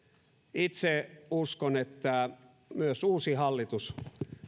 itse uskon että myös uusi hallitus